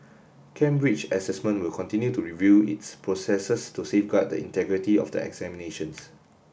Cambridge Assessment will continue to review its processes to safeguard the integrity of the examinations